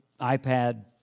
iPad